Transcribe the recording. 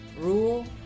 rule